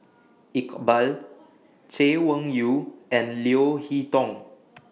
Iqbal Chay Weng Yew and Leo Hee Tong